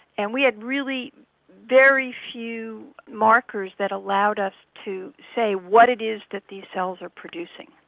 and we had really very few markers that allowed us to say what it is that these cells are producing.